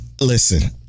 Listen